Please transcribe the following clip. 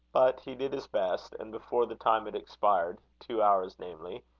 but he did his best and before the time had expired two hours, namely,